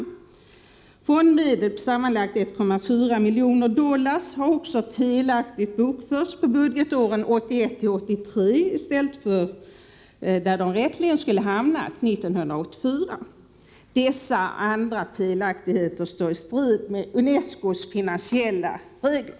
Vidare har fondmedel på sammanlagt 1,4 miljoner dollar felaktigt bokförts på budgetåren 1981-1983 i stället för, där de rätteligen skulle ha hamnat, på 1984. Dessa och andra felaktigheter står i strid mot UNESCO:s finansiella regler.